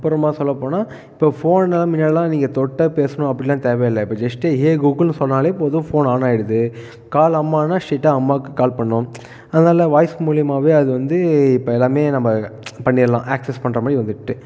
அப்புறமா சொல்ல போனால் இப்போ ஃபோனை முன்னாடிலாம் நீங்கள் தொட்டால் பேசணும் அப்படிலா தேவை இல்லை இப்போ ஜெஸ்ட்டு ஏ கூகுள்ன்னு சொன்னாலே போதும் ஃபோன் ஆன் ஆகிடுது கால் அம்மான்னா ஸ்டைட்டாக அம்மாவுக்கு கால் பண்ணும் அதனால வாய்ஸ் மூலிமாவே அது வந்து இப்போ எல்லாமே நம்ம பண்ணிடலாம் ஆக்சஸ் பண்ணுற மாதிரி வந்துட்டு